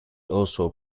also